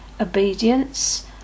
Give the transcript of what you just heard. obedience